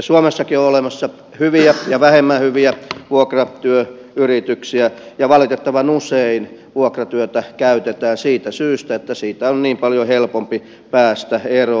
suomessakin on olemassa hyviä ja vähemmän hyviä vuokratyöyrityksiä ja valitettavan usein vuokratyötä käytetään siitä syystä että siitä on niin paljon helpompi päästä eroon